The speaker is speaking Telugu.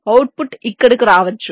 అవుట్పుట్ ఇక్కడకు రావచ్చు